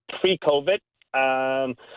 pre-COVID